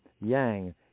Yang